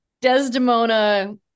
desdemona